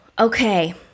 okay